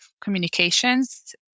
communications